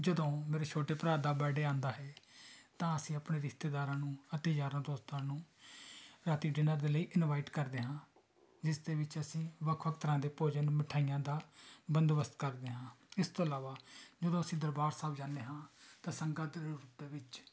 ਜਦੋਂ ਮੇਰੇ ਛੋਟੇ ਭਰਾ ਦਾ ਬਰਥਡੇ ਆਉਂਦਾ ਹੈ ਤਾਂ ਅਸੀਂ ਆਪਣੇ ਰਿਸ਼ਤੇਦਾਰਾਂ ਨੂੰ ਅਤੇ ਯਾਰਾਂ ਦੋਸਤਾਂ ਨੂੰ ਰਾਤੀ ਡਿਨਰ ਦੇ ਲਈ ਇਨਵਾਈਟ ਕਰਦੇ ਹਾਂ ਜਿਸ ਦੇ ਵਿੱਚ ਅਸੀਂ ਵੱਖ ਵੱਖ ਤਰ੍ਹਾਂ ਦੇ ਭੋਜਨ ਮਿਠਾਈਆਂ ਦਾ ਬੰਦੋਬਸਤ ਕਰਦੇ ਹਾਂ ਇਸ ਤੋਂ ਇਲਾਵਾ ਜਦੋਂ ਅਸੀਂ ਦਰਬਾਰ ਸਾਹਿਬ ਜਾਂਦੇ ਹਾਂ ਤਾਂ ਸੰਗਤ ਰੂਪ ਦੇ ਵਿੱਚ